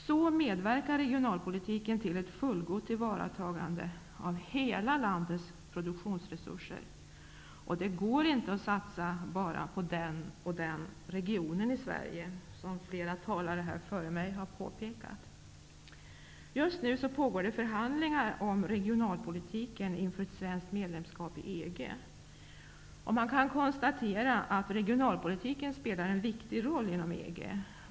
Så kan regionalpolitiken medverka till ett fullgott tillvaratagande av hela landets produktionsresurser. Det går inte att satsa bara på den och den regionen i Sverige, vilket flera talare före mig har påpekat. Just nu pågår förhandlingar om regionalpolitiken inför ett svenskt medlemskap i EG. Man kan konstatera att regionalpolitiken spelar en viktig roll inom EG.